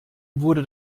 wurde